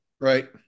Right